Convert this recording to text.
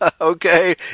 Okay